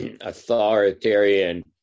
authoritarian